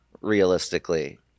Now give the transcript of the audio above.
realistically